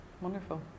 Wonderful